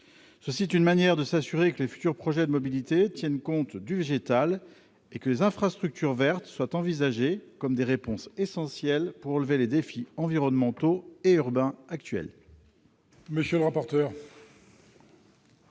C'est une manière de s'assurer que les projets de mobilité tiennent compte du végétal et que les infrastructures vertes soient envisagées comme des réponses essentielles pour relever les défis environnementaux et urbains actuels.